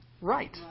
right